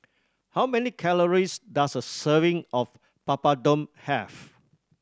how many calories does a serving of Papadum have